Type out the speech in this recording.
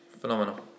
phenomenal